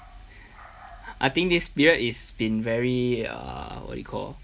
I think this period it's been very err what you call